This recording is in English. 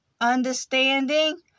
understanding